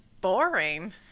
boring